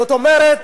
זאת אומרת,